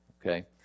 okay